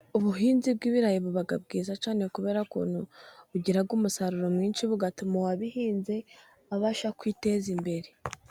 Ubuhinzi bw'ibirayi buba bwiza cyane kubera ko ukuntu bugiraga umusaruro mwinshi, bugatuma uwabihinze abasha kwiteza imbere.